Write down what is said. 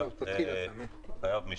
בבקשה.